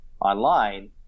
online